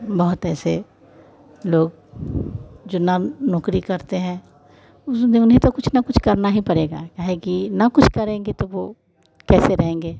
बहुत ऐसे लोग जो न नौकरी करते हैं उस दे उन्हें तो कुछ न कुछ करना ही पड़ेगा काहे कि न कुछ करेंगे तो वो कैसे रहेंगे